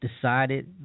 decided